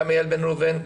אייל בן ראובן,